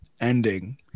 ending